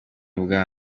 ubwa